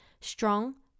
Strong